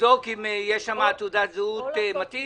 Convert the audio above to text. ---- לבדוק אם יש שם תעודת זהות מתאימה.